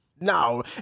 No